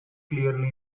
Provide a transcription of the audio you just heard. clearly